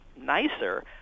nicer